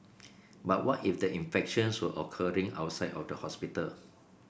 but what if the infections were occurring outside of the hospital